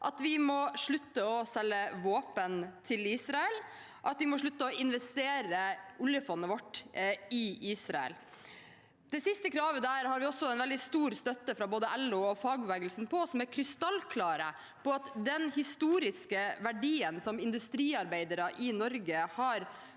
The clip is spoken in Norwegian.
at vi må slutte å selge våpen til Israel – at oljefondet må slutte å investere i Israel Det siste kravet har vi også veldig stor støtte for fra både LO og fagbevegelsen, som er krystallklare på at den historiske verdien industriarbeidere i Norge har